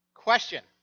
Question